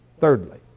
Thirdly